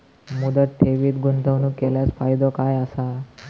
मुदत ठेवीत गुंतवणूक केल्यास फायदो काय आसा?